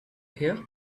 here